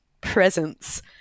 presence